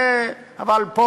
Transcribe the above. אבל פה,